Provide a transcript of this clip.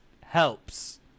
helps